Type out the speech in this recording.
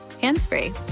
hands-free